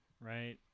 right